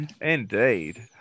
indeed